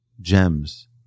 gems